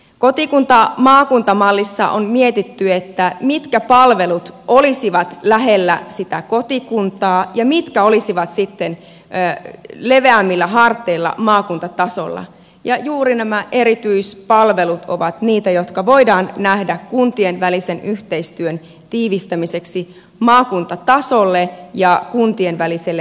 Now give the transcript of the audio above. kotikuntamaakunta mallissa on mietitty mitkä palvelut olisivat lähellä sitä kotikuntaa ja mitkä olisivat sitten leveämmillä harteilla maakuntatasolla ja juuri nämä erityispalvelut ovat niitä jotka voidaan nähdä kuntien välisen yhteistyön tiivistämiseksi maakuntatasolle ja kuntien väliselle yhteistyölle